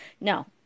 No